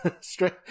straight